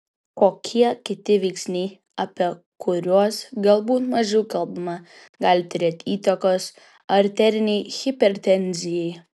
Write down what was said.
kokie kiti veiksniai apie kurios galbūt mažiau kalbama gali turėti įtakos arterinei hipertenzijai